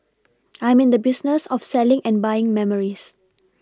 I'm in the business of selling and buying memories